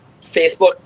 Facebook